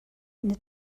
eine